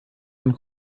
von